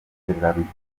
ubukerarugendo